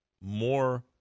more